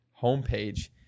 homepage